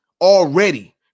already